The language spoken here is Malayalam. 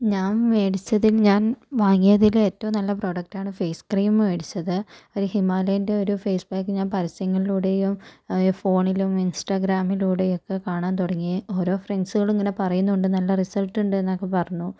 ഞാൻ മേടിച്ചതിൽ ഞാൻ വാങ്ങിയതില് ഏറ്റവും നല്ല പ്രോഡക്റ്റാണ് ഫേസ് ക്രീം മേടിച്ചത് ഒരു ഹിമാലയേൻ്റെ ഒരു ഫേസ് പാക്ക് ഞാൻ പരസ്യങ്ങളിലൂടെയും ഫോണിലും ഇൻസ്റ്റാഗ്രാമിലൂടെയും ഒക്കെ കാണാൻ തുടങ്ങി ഓരോ ഫ്രണ്ട്സുകളും ഇങ്ങനെ പറയുന്നുണ്ട് നല്ല റിസൾട്ടുണ്ട് എന്നൊക്കെ പറഞ്ഞു